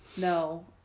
No